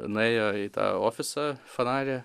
nuėjo į tą ofisą fanari